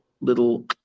little